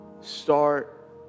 start